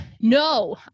No